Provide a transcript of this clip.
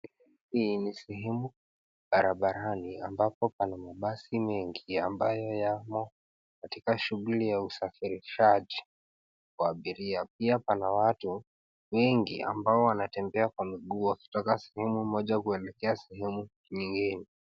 Hii ni sehemu barabarani ambapo pana mabasi mengi ambayo yamo katika shughuli ya usafirishaji wa abiria. Pia pana watu wengi ambao wanatembea kwa mguu wakitoka sehemu moja kuelekea sehemu nyingine.